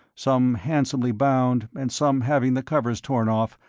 some handsomely bound, and some having the covers torn off,